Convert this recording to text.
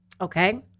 Okay